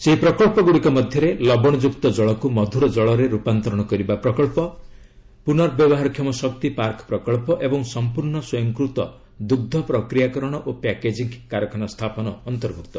ସେହି ପ୍ରକଳ୍ପଗୁଡ଼ିକ ମଧ୍ୟରେ ଲବଣଯୁକ୍ତ ଜଳକୁ ମଧୁର ଜଳରେ ରୂପାନ୍ତରଣ କରିବା ପ୍ରକଳ୍ପ ପୁନର୍ବ୍ୟବହାର କ୍ଷମ ଶକ୍ତି ପାର୍କ ପ୍ରକଳ୍ପ ଓ ସମ୍ପୂର୍ଣ୍ଣ ସ୍ୱୟଂକୃତ ଦୁଗ୍ଧ ପ୍ରକ୍ରିୟାକରଣ ଓ ପ୍ୟାକେଜିଙ୍ଗ୍ କାରଖାନା ସ୍ଥାପନ ଅନ୍ତର୍ଭୁକ୍ତ